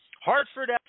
Hartford